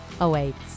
awaits